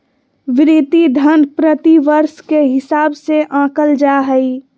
भृति धन प्रतिवर्ष के हिसाब से आँकल जा हइ